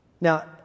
Now